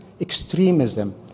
extremism